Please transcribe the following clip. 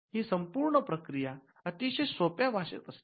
ही संपूर्ण प्रक्रिया अतिशय सोप्या भाषेत असते